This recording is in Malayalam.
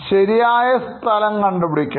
ശരിയായ സ്ഥലം കണ്ടുപിടിക്കണം